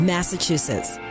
Massachusetts